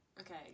okay